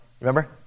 remember